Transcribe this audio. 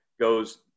goes